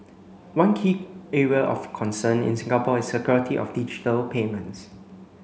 one key area of concern in Singapore is security of digital payments